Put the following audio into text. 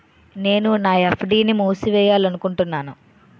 నేను నా ఎఫ్.డి ని మూసివేయాలనుకుంటున్నాను